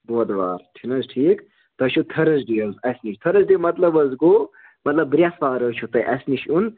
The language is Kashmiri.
بودٕ وار چھُنہٕ حظ ٹھیٖک تۄہہِ چھُو تھٲرٕس ڈے حظ اَسہِ نِش تھٲرٕس ڈے مطلب حظ گوٚو مطلب برٛٮ۪سوار حظ چھَو تۄہہِ اَسہِ نِش یُن